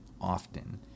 often